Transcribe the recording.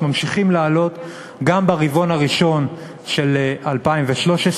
ממשיכים לעלות גם ברבעון הראשון של 2013,